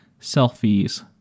selfies